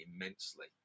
immensely